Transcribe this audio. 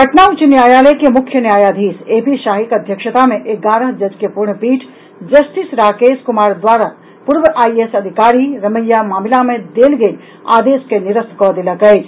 पटना उच्च न्यायालय के मुख्य न्यायाधीश ए पी शाहीक अध्यक्षता मे एगारह जज के पूर्ण पीठ जस्टिस राकेश कुमार द्वारा पूर्व आईएएस अधिकारी रमैया मामिला मे देल गेल आदेश के निरस्त कऽ देलक अछि